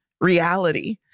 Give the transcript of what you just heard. reality